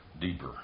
deeper